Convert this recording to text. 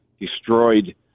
destroyed